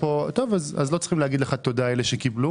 אם לא אז לא צריכים להגיד לך תודה אלה שקיבלו.